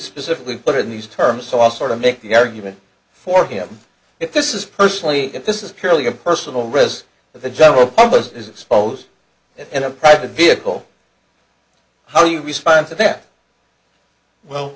specifically put in these terms so all sort of make the argument for him if this is personally if this is purely a personal risk that the general public is exposed and a private vehicle how do you respond to that well